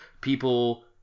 people